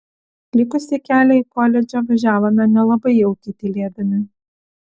likusį kelią į koledžą važiavome nelabai jaukiai tylėdami